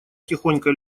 тихонько